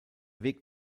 weg